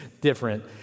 different